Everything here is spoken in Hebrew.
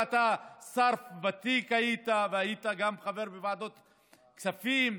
אתה היית שר ותיק והיית גם חבר בוועדות כספים,